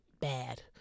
bad